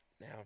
Now